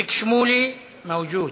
איציק שמולי, מאוג'וד.